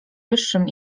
wyższym